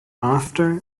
after